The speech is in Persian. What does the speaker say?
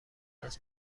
است